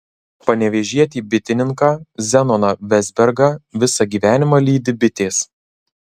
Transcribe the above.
panevėžietį bitininką zenoną vezbergą visą gyvenimą lydi bitės